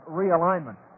realignment